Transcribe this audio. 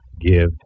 Give